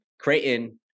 Creighton